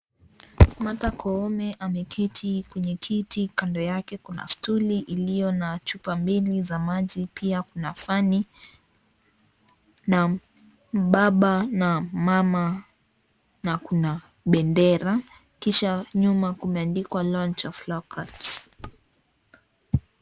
Martha Koome ameketi kwenye kiti. Kando yake kuna stuli iliyo na chupa mbili za maji pia kuna fani na baba na mama na kuna bendera kisha nyuma kumeandikwa, lounge of Law courts .